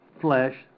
flesh